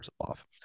off